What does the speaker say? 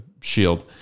shield